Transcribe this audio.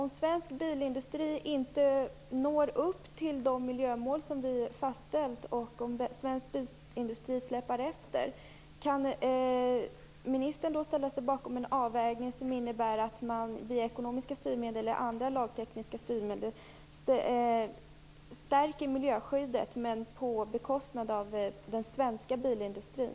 Om svensk bilindustri inte når upp till de miljömål som vi fastställt och om svensk bilindustri släpar efter, kan ministern då ställa sig bakom en avvägning som innebär att man via ekonomiska styrmedel eller andra, lagtekniska, styrmedel stärker miljöskyddet, på bekostnad av den svenska bilindustrin?